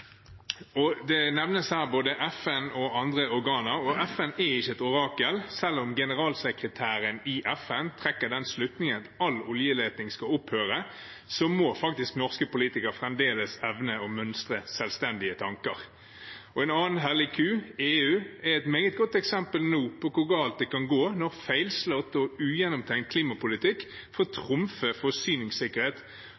Det nevnes her både FN og andre organer. FN er ikke et orakel. Selv om generalsekretæren i FN trekker den slutningen at all oljeleting skal opphøre, må faktisk norske politikere fremdeles evne å mønstre selvstendige tanker. En annen hellig ku, EU, er nå et meget godt eksempel på hvor galt det kan gå når feilslått og ugjennomtenkt klimapolitikk